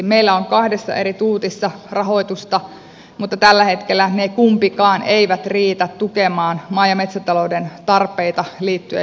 meillä on kahdessa eri tuutissa rahoitusta mutta tällä hetkellä ne kumpikaan eivät riitä tukemaan maa ja metsätalouden tarpeita liittyen yksityistieverkostoon